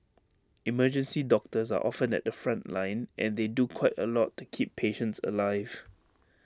emergency doctors are often at the front line and they do quite A lot to keep patients alive